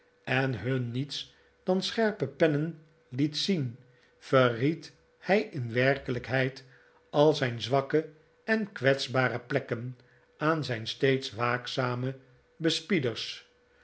en hun niets dan scherpe pennen liet zien verried hij in werkelijkheid al zijn zwakke en kwetsbare plekken aan zijn steeds waakzame bespieders